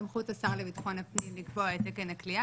בסמכות השר לביטחון הפנים לקבוע את תקן הכליאה